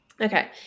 Okay